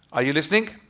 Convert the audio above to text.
are you listening?